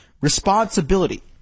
responsibility